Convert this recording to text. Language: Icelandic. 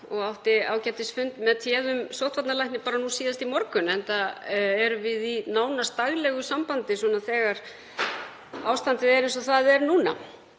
Ég átti ágætisfund með téðum sóttvarnalækni nú síðast í morgun, enda erum við í nánast daglegu sambandi þegar ástandið er eins og það er núna.